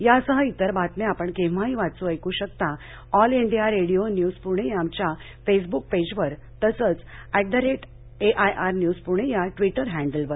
या आणि इतर बातम्या आपण केव्हाही वाचू ऐकू शकता आमच्या all India radio news Pune या फेसब्क पेजवर तसंच ऍट एआयआर न्यूज पूणे या ट्विटर हँडलवर